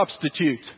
substitute